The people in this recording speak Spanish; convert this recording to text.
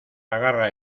agarra